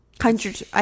hundreds